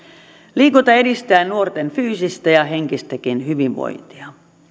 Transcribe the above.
liikunta edistää nuorten fyysistä ja henkistäkin hyvinvointia